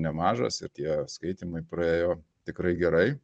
nemažas ir tie skaitymai praėjo tikrai gerai